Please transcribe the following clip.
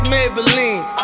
Maybelline